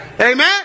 Amen